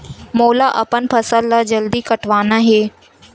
मोला अपन फसल ला जल्दी कटवाना हे?